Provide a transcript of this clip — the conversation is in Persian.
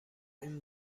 این